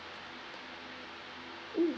mm